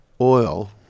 oil